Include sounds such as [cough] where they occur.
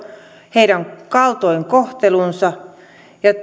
heidän kaltoinkohtelunsa ja [unintelligible]